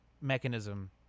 mechanism